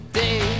day